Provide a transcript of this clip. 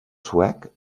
suec